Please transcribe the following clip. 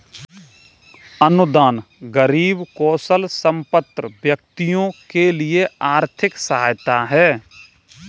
अनुदान गरीब कौशलसंपन्न व्यक्तियों के लिए आर्थिक सहायता है